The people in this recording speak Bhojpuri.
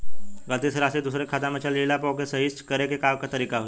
गलती से राशि दूसर के खाता में चल जइला पर ओके सहीक्ष करे के का तरीका होई?